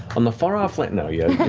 on the far off land no, you